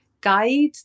guide